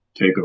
takeover